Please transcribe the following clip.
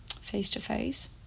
face-to-face